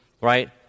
right